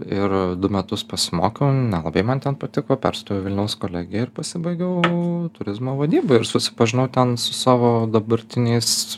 ir du metus pasimokiau nelabai man ten patiko perstojau į vilniaus kolegija ir pasibaigiau turizmo vadybą ir susipažinau ten su savo dabartiniais